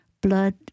blood